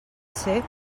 ser